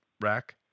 rack